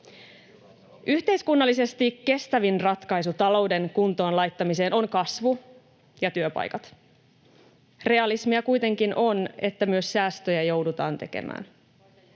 Yhteiskunnallisesti kestävin ratkaisu talouden kuntoon laittamiseen on kasvu ja työpaikat. Realismia kuitenkin on, että myös säästöjä joudutaan tekemään.